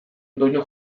doinu